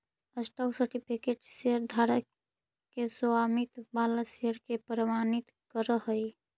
stock certificate शेयरधारक के स्वामित्व वाला शेयर के प्रमाणित करऽ हइ